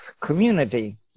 community